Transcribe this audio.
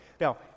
Now